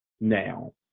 now